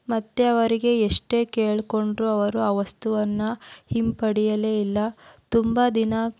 ಮತ್ತೆ ಅವರಿಗೆ ಎಷ್ಟೇ ಕೇಳಿಕೊಂಡ್ರೂ ಅವರು ಆ ವಸ್ತುವನ್ನು ಹಿಂಪಡಿಯಲೇ ಇಲ್ಲ ತುಂಬ ದಿನ